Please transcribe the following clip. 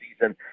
season